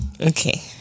okay